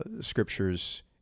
scriptures